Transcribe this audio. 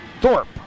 Thorpe